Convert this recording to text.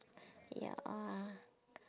ya